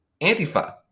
Antifa